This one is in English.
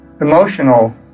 emotional